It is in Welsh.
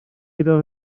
gyda